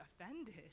offended